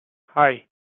hei